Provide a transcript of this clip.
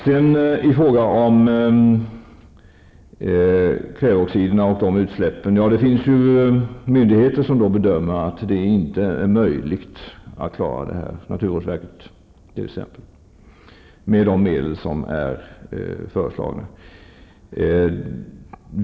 Vad gäller kväveoxidutsläppen finns det ju myndigheter, t.ex. naturvårdsverket, som bedömer att det inte är möjligt att klara det uppsatta målet, med de medel som är föreslagna.